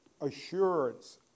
assurance